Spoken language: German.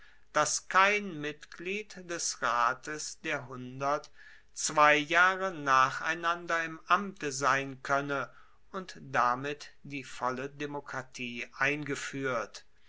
dass kein mitglied des rates der hundert zwei jahre nacheinander im amte sein koenne und damit die volle demokratie eingefuehrt